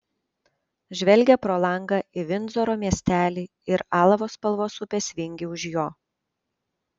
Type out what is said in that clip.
žvelgė pro langą į vindzoro miestelį ir alavo spalvos upės vingį už jo